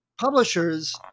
publishers